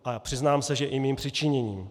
A přiznám se, že i mým přičiněním.